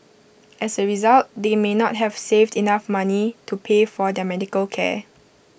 as A result they may not have saved enough money to pay for their medical care